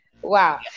wow